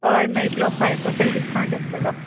हय मेयट्लो five percent discount आसतलो